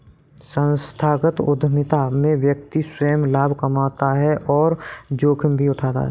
संस्थागत उधमिता में व्यक्ति स्वंय लाभ कमाता है और जोखिम भी उठाता है